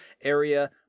Area